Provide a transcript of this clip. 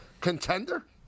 contender